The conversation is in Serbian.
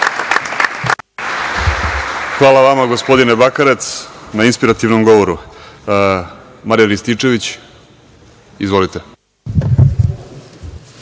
Hvala vama, gospodine Bakarec, na inspirativnom govoru. Reč ima Marijan Rističević. Izvolite.